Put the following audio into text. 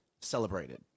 celebrated